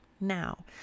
Now